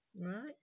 Right